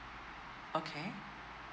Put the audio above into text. okay